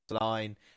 line